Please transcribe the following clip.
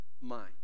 mind